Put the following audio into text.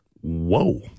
Whoa